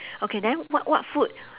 okay then what what food